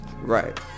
Right